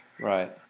Right